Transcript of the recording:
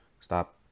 Stop